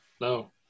No